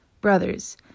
Brothers